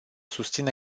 susține